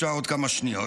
עוד כמה שניות,